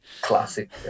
Classic